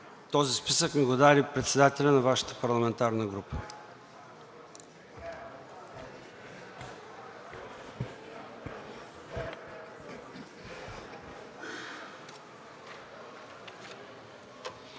Този списък ми го даде председателят на Вашата парламентарна група.